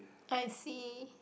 I see